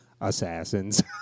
assassins